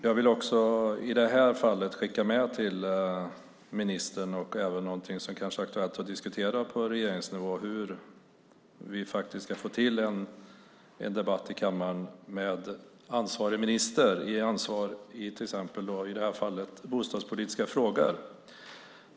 Jag vill i detta fall skicka med någonting till ministern som kanske är aktuellt att diskutera på regeringsnivå, nämligen hur vi faktiskt ska få till en debatt i kammaren med ansvarig minister för i detta fall bostadspolitiska frågor.